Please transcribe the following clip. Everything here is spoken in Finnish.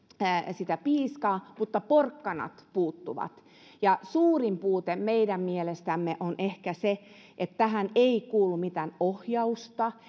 sitä piiskaa mutta porkkanat puuttuvat ja suurin puute meidän mielestämme on ehkä se että tähän ei kuulu mitään ohjausta